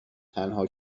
تنها